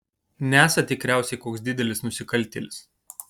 nesat tikriausiai koks didelis nusikaltėlis